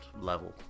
level